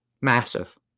Massive